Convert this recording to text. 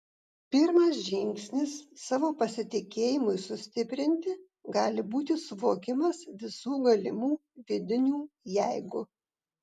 pirmas žingsnis savo pasitikėjimui sustiprinti gali būti suvokimas visų galimų vidinių jeigu